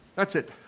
that's it!